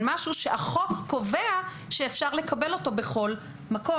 משהו שהחוק קובע שאפשר לקבל אותו בכל מקום.